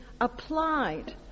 applied